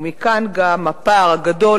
ומכאן גם הפער הגדול,